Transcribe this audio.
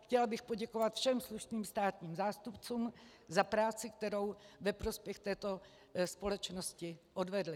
Chtěla bych poděkovat všem slušným státním zástupcům za práci, kterou ve prospěch této společnosti odvedli.